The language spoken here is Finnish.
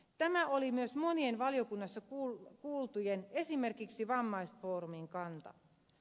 tämä oli myös monien valiokunnassa kuultujen esimerkiksi vammaisfoorumin kanta